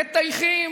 מטייחים